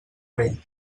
vell